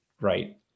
right